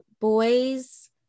boys